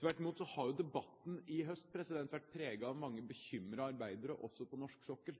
Tvert imot har debatten i høst vært preget av mange arbeidere også på norsk sokkel,